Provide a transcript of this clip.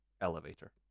elevator